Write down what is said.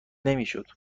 نمیشد